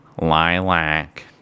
Lilac